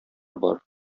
бар